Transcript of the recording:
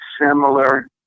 similar